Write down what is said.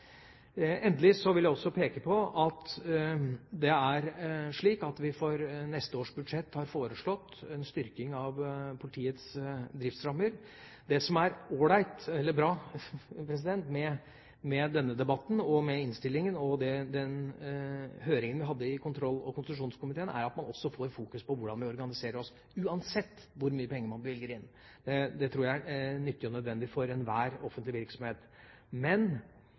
Endelig vil jeg også peke på at vi i neste års budsjett har foreslått en styrking av politiets driftsrammer. Det som er bra med denne debatten, med innstillingen og med den høringen vi hadde i kontroll- og konstitusjonskomiteen, er at man også får fokusert på hvordan vi organiserer oss, uansett hvor mye penger man bevilger inn. Det tror jeg er nyttig og nødvendig for enhver offentlig virksomhet.